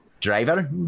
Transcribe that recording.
driver